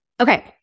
Okay